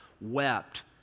wept